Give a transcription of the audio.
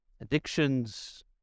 addictions